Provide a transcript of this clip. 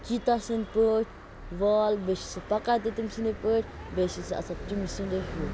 چیٖتا سٕنٛدۍ پٲٹھۍ وال بیٚیہِ چھُ سُہ پَکان تہِ تٔمۍ سٕنٛدی پٲٹھۍ بیٚیہِ چھُ سُہ آسان تٔمسٕنٛدٕے ہِیٚوٗ